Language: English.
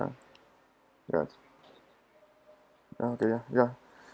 yes ya continue ya